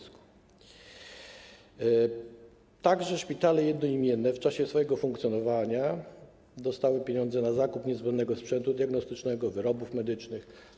Szpitale jednoimienne w czasie swojego funkcjonowania dostały także pieniądze na zakup niezbędnego sprzętu diagnostycznego, wyrobów medycznych.